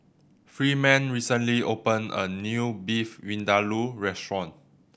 Freeman recently opened a new Beef Vindaloo Restaurant